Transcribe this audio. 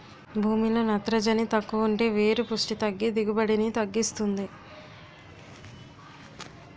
భూమిలో నత్రజని తక్కువుంటే వేరు పుస్టి తగ్గి దిగుబడిని తగ్గిస్తుంది